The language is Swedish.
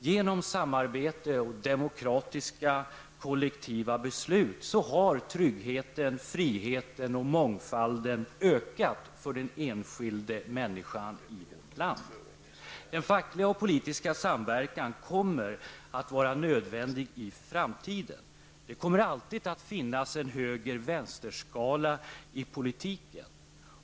Genom samarbete och demokratiska kollektiva beslut har tryggheten, friheten och mångfalden ökat för den enskilda människan i vårt land. Facklig och politisk samverkan kommer att vara nödvändig i framtiden. Det kommer alltid att finnas en höger--vänster-skala i politiken.